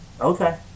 Okay